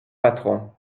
patrons